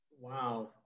Wow